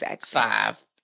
five